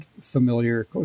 familiar